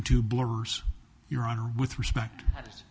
the two blowers your honor with respect